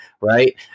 Right